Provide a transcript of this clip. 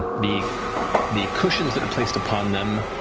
the the cushions that are placed upon them,